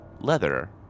leather